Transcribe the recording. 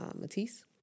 Matisse